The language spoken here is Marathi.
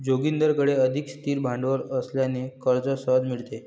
जोगिंदरकडे अधिक स्थिर भांडवल असल्याने कर्ज सहज मिळते